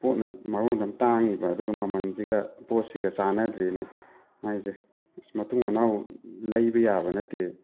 ꯄꯣꯠꯅ ꯃꯔꯣꯜ ꯑꯃ ꯇꯥꯡꯉꯤꯕ ꯑꯗꯨꯒ ꯃꯃꯜꯁꯤꯒ ꯄꯣꯠꯁꯤꯒ ꯆꯥꯟꯅꯗꯦꯅꯦ ꯃꯥꯏꯁꯦ ꯏꯁ ꯃꯇꯨꯡ ꯃꯅꯥꯎ ꯂꯩꯕ ꯌꯥꯕ ꯅꯠꯇꯦ